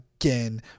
again